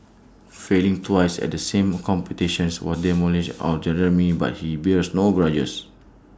failing twice at the same competition was demoralising or Jeremy but he bears no grudges